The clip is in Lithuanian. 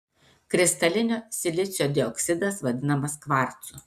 kristalinio silicio dioksidas vadinamas kvarcu